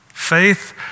faith